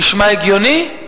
נשמע הגיוני?